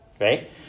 right